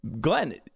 Glenn